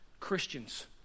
Christians